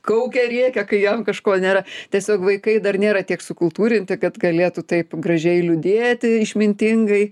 kaukia rėkia kai jam kažko nėra tiesiog vaikai dar nėra tiek sukultūrinti kad galėtų taip gražiai liūdėti išmintingai